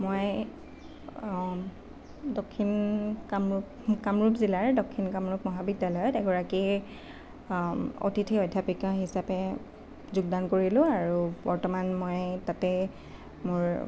মই দক্ষিণ কামৰূপ কামৰূপ জিলাৰ দক্ষিণ কামৰূপ মহাবিদ্যালয়ত এগৰাকী অতিথি অধ্যাপিকা হিচাপে যোগদান কৰিলোঁ আৰু বৰ্তমান মই তাতে মোৰ